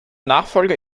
nachfolger